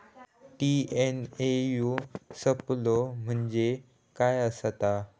TNAU सापलो म्हणजे काय असतां?